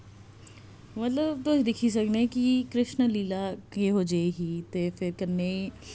मतलब तुस दिखी सकने कि कृष्ण लीला केहो जेही ही ते फिर कन्नै ई